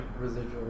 residual